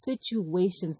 situations